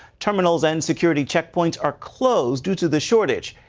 terminals, and security check points are closed due to the shortage.